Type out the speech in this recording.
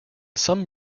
some